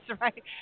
right